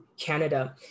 Canada